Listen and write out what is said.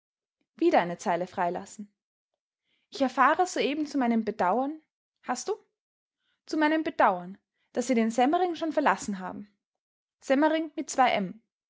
wieder eine zeile freilassen ich erfahre soeben zu meinem bedauern hast du zu meinem bedauern daß sie den semmering schon verlassen haben semmering mit zwei